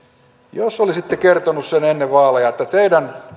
jos olisitte kertoneet sen ennen vaaleja että teidän